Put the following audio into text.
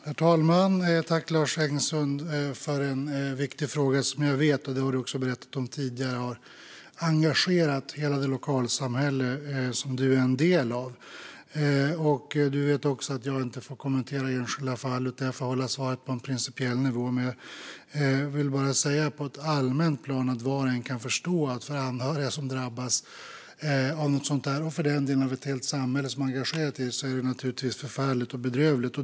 Herr talman! Tack, Lars Engsund, för en viktig fråga! Jag vet, och det har du också berättat om tidigare, att den har engagerat hela det lokalsamhälle som du är en del av. Du vet också att jag inte får kommentera enskilda fall. Jag får hålla svaret på en principiell nivå, men jag vill bara säga på ett allmänt plan att var och en kan förstå att för anhöriga som drabbas av något sådant här och för den delen hela samhället som är engagerat är det naturligtvis förfärligt och bedrövligt.